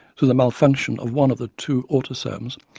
through the malfunction of one of the two autosomes,